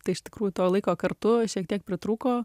tai iš tikrųjų to laiko kartu šiek tiek pritrūko